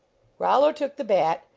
rollo took the bat,